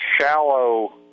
shallow